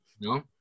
No